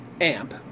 Amp